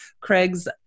Craig's